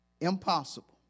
Impossible